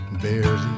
barely